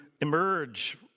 emerge